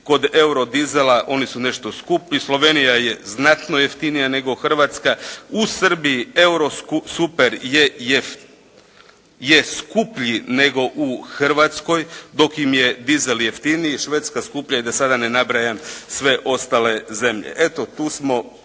Kod eurodizela oni su nešto skuplji. Slovenija je znatno jeftinija nego Hrvatska. U Srbiji eurosuper je skuplji nego u Hrvatskoj dok im je dizel jeftiniji. Švedska skuplja i da sada ne nabrajam sve ostale zemlje. Eto tu smo,